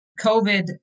COVID